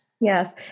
Yes